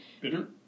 Bitter